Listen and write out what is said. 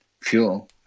fuel